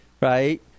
right